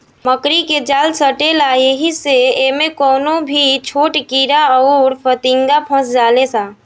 मकड़ी के जाल सटेला ऐही से इमे कवनो भी छोट कीड़ा अउर फतीनगा फस जाले सा